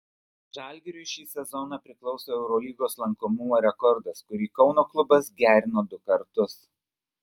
žalgiriui šį sezoną priklauso eurolygos lankomumo rekordas kurį kauno klubas gerino du kartus